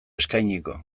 eskainiko